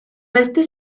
oeste